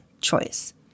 choice